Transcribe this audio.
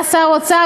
כשהיה שר אוצר,